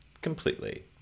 Completely